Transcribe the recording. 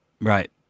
Right